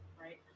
right